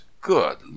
good